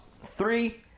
Three